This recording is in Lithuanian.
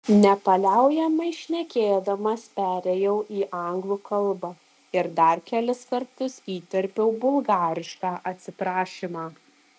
nepaliaujamai šnekėdamas perėjau į anglų kalbą ir dar kelis kartus įterpiau bulgarišką atsiprašymą